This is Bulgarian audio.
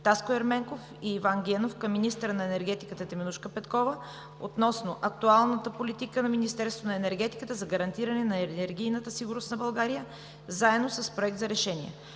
Таско Ерменков и Иван Генов към министъра на енергетиката Теменужка Петкова относно актуалната политика на Министерство на енергетиката за гарантиране на енергийната сигурност на България заедно с Проект за решение.